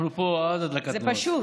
זה פשוט,